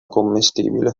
commestibile